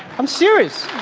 i'm serious.